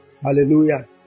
Hallelujah